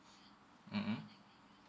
mmhmm